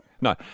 No